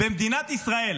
במדינת ישראל,